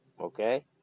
Okay